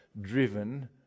driven